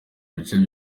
bice